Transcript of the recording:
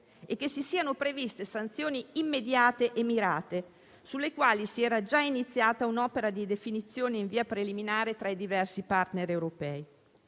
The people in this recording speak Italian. e che si siano previste sanzioni immediate e mirate sulle quali si era già iniziata un'opera di definizione in via preliminare tra i diversi *partner* europei.